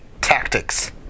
tactics